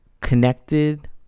connected